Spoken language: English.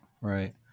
right